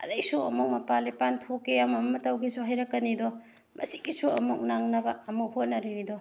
ꯑꯗꯩꯁꯨ ꯑꯃꯨꯛ ꯃꯄꯥꯜ ꯏꯄꯥꯜ ꯊꯣꯛꯀꯦ ꯑꯃ ꯑꯃ ꯇꯧꯒꯦꯁꯨ ꯍꯥꯏꯔꯛꯀꯅꯤꯗꯣ ꯃꯁꯤꯒꯤꯁꯨ ꯑꯃꯨꯛ ꯅꯪꯅꯕ ꯑꯃꯨꯛ ꯍꯣꯠꯅꯔꯤꯅꯤꯗꯣ